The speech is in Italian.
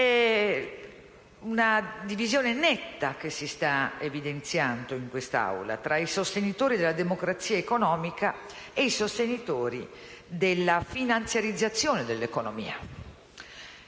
netta divisione che si sta evidenziando in quest'Aula tra i sostenitori della democrazia economica e quelli della finanziarizzazione dell'economia.